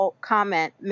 comment